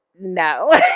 No